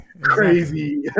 crazy